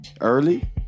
Early